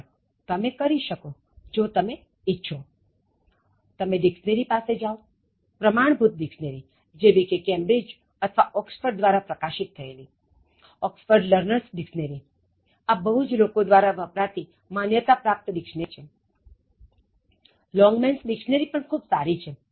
પણ તમે કરી શકો જો તમે ઇચ્છોતમે ડિક્શનરી પાસે જાવ પ્રમાણભૂત ડિક્શનરી જેવી કે કેમ્બ્રિજ અથવા ઓક્ષફર્ડ દ્વારા પ્રકાશિત થયેલી Oxford Learners Dictionary આ બહુજ લોકો દ્વારા વપરાતી માન્યતા પ્રાપ્ત ડિક્શનરી છે Longmans Dictionary પણ ખૂબ સારી છે